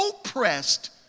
oppressed